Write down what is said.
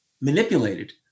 manipulated